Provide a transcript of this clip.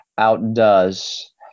outdoes